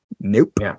Nope